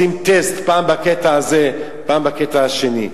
כל פעם עושים טסט: פעם בקטע הזה ופעם בקטע השני.